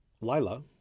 Lila